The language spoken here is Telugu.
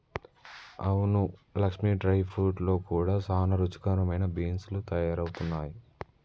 అవును లక్ష్మీ డ్రై ఫ్రూట్స్ లో కూడా సానా రుచికరమైన బీన్స్ లు తయారవుతున్నాయి